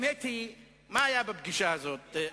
מי אמר את זה?